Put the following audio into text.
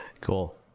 Cool